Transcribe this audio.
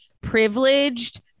privileged